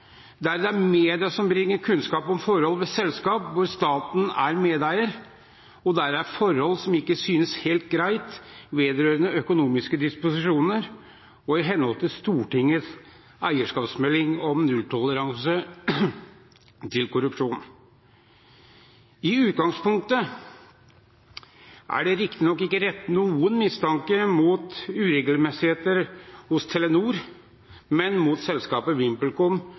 der det er media som bringer kunnskap om forhold i selskap der staten er medeier, og der det er forhold som ikke synes helt greie vedrørende økonomiske disposisjoner og i henhold til eierskapsmeldingen om nulltoleranse for korrupsjon. I utgangspunktet er det riktignok ikke rettet noen mistanke om uregelmessigheter mot Telenor, men mot selskapet VimpelCom,